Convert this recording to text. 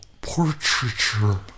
portraiture